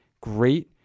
great